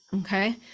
Okay